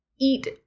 eat